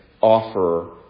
offer